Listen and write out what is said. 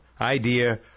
idea